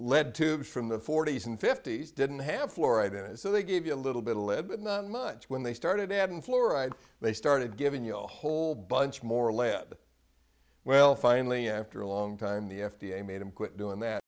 tubes from the forty's and fifty's didn't have fluoride in it so they gave you a little bit of lead but not much when they started adding fluoride they started giving you a whole bunch more lab well finally after a long time the f d a made him quit doing that